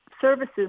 services